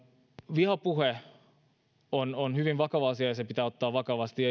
vihapuhe on on hyvin vakava asia ja se pitää ottaa vakavasti